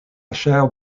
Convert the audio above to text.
chaire